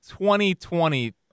2020